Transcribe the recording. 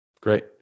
Great